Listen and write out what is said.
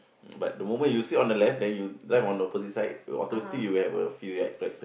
but the moment you sit on the left then you drive on the opposite side you automatically you have a feel like right turn